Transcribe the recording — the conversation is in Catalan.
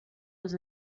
els